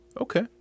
Okay